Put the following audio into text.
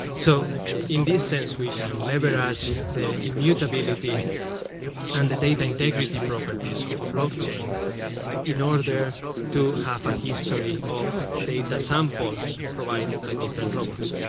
so in this sense, we can leverage the immutability and the data integrity properties of a blockchain in in order to have a history of data samples provided by different robots.